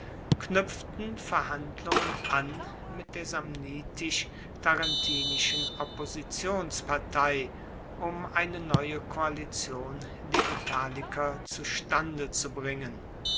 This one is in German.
knuepften verhandlungen an mit der samnitisch tarentinischen oppositionspartei um eine neue koalition der italiker zustande zu bringen